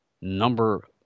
number